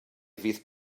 fydd